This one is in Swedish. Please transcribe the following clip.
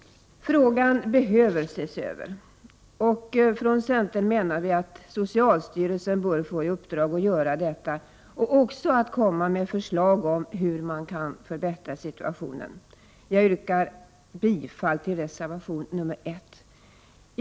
Frågan behöver ses över. Socialstyrelsen bör få i uppdrag att göra översynen och komma med förslag om hur situationen kan förbättras. Jag yrkar bifall till reservation 1.